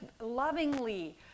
lovingly